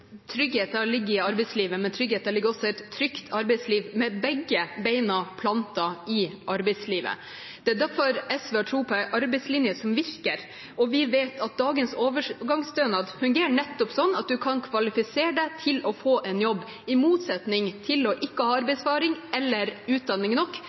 men tryggheten ligger også i et trygt arbeidsliv – med begge bena plantet i arbeidslivet. Det er derfor SV har tro på en arbeidslinje som virker. Vi vet at dagens overgangsstønad nettopp fungerer sånn at man kan kvalifisere seg til å få en jobb, i motsetning til ikke å ha arbeidserfaring eller utdanning nok